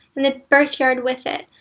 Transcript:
and the birthyard with it,